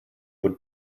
would